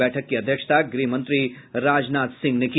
बैठक की अध्यक्षता गृहमंत्री राजनाथ सिंह ने की